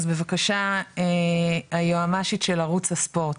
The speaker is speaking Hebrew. אז בבקשה היועצת המשפטית של ערוץ הספורט,